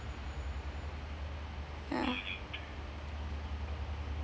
ya